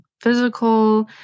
physical